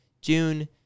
June